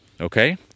okay